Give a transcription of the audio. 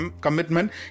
commitment